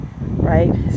right